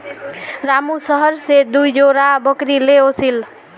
रामू शहर स दी जोड़ी बकरी ने ओसील